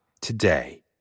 today